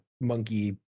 monkey